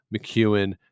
McEwen